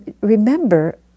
remember